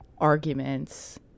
arguments